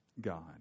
God